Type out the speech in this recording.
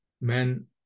men